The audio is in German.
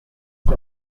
ich